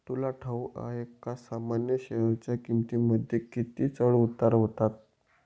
तुला ठाऊक आहे का सामान्य शेअरच्या किमतींमध्ये किती चढ उतार होतात